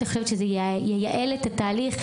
אני חושבת שזה ייעל את התהליך.